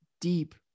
deep